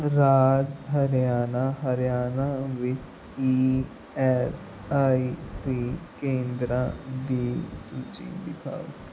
ਰਾਜ ਹਰਿਆਣਾ ਵਿੱਚ E S I C ਕੇਂਦਰਾਂ ਦੀ ਸੂਚੀ ਦਿਖਾਓ